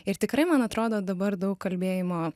ir tikrai man atrodo dabar daug kalbėjimo